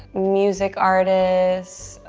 music artists,